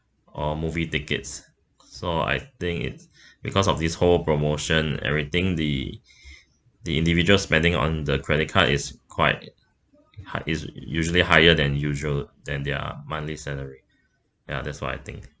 or movie tickets so I think it's because of these whole promotion everything the the individual spending on the credit card is quite high is usually higher than usual than their monthly salary ya that's what I think